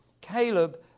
Caleb